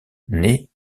née